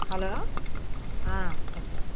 hello వస్తున్న